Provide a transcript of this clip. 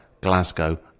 Glasgow